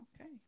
okay